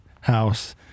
house